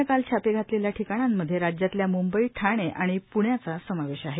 नं काल छापे घातलेल्या ठिकाणांमध्ये राज्यातल्या मुंबई ठाणे आणि पुण्याचा समावेश आहे